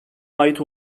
ait